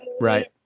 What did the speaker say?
Right